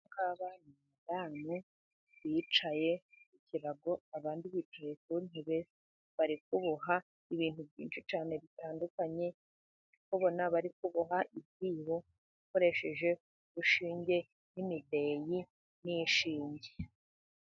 Abadamu bicaye ku kirago, abandi bicaye ku ntebe bari kuboha ibintu byinshi cyane bitandukanye, ndi kubona bari kuboha ibyibo, bakoresheje urushinge, n'imideyi, n'inshinge.